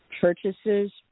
purchases